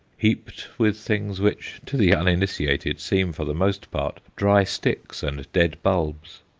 heaped with things which to the uninitiated seem, for the most part, dry sticks and dead bulbs.